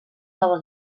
nova